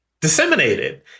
disseminated